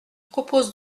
propose